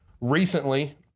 recently